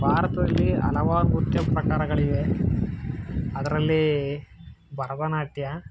ಭಾರತದಲ್ಲಿ ಹಲವಾರು ನೃತ್ಯ ಪ್ರಕಾರಗಳಿವೆ ಅದರಲ್ಲಿ ಭರತನಾಟ್ಯ